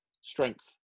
strength